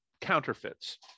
counterfeits